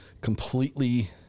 completely